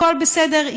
הכול בסדר,